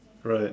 right